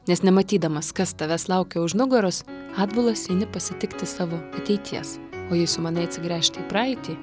nes nematydamas kas tavęs laukia už nugaros atbulas eini pasitikti savo ateities o jei sumanei atsigręžti į praeitį